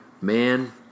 Man